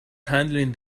handling